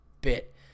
bit